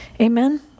Amen